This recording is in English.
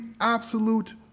absolute